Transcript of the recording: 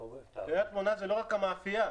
קרית שמונה זה לא רק המאפיה,